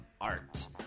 art